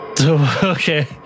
Okay